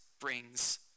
brings